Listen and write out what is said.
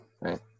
right